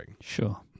Sure